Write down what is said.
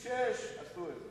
יש מקרה אחד.